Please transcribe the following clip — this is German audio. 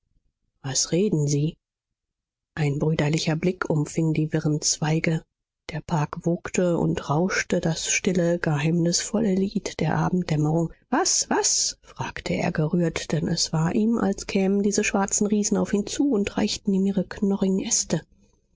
was reden sie ein brüderlicher blick umfing die wirren zweige der park wogte und rauschte das stille geheimnisvolle lied der abenddämmerung was was fragte er gerührt denn es war ihm als kämen diese schwarzen riesen auf ihn zu und reichten ihm ihre knorrigen äste